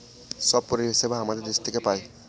সব পরিষেবা আমাদের দেশ থেকে পায়